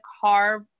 carve